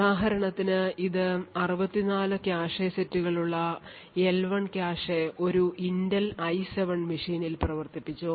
ഉദാഹരണത്തിന് ഇത് 64 കാഷെ സെറ്റുകളുള്ള എൽ 1 കാഷെ ഒരു ഇന്റൽ ഐ 7 മെഷീനിൽ പ്രവർത്തിപ്പിച്ചു